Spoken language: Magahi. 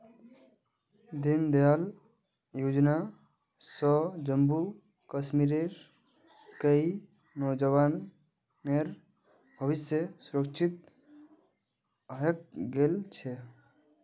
दीनदयाल योजना स जम्मू कश्मीरेर कई नौजवानेर भविष्य सुरक्षित हइ गेल छ